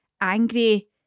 angry